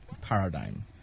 paradigm